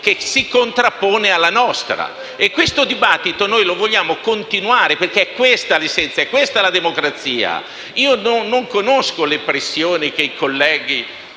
che si contrappone alla nostra. E questo dibattito noi lo vogliamo continuare, perché è questa la democrazia. Io non conosco le pressioni delle